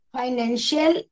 financial